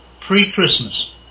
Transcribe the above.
Pre-Christmas